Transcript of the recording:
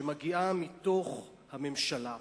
שמגיעה מתוך הממשלה.